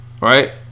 Right